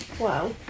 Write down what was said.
Wow